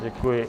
Děkuji.